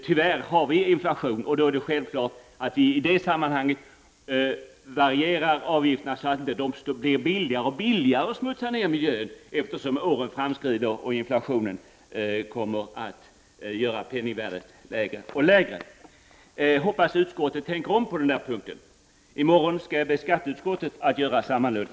Tyvärr har vi inflation, och det är självklart att vi i det sammanhanget varierar avgifterna. Det skall inte bli billigare att smutsa ner miljön allteftersom åren framskrider och inflationen gör penningvärdet lägre. Jag hoppas att utskottet tänker om på den punkten. I morgon skall jag be skatteutskottet att göra sammalunda.